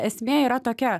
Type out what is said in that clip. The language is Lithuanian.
esmė yra tokia